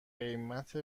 قیمت